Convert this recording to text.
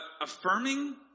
affirming